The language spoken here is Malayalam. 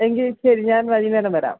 എങ്കിൽ ശരി ഞാൻ വൈകുന്നേരം വരാം